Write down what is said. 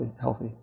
healthy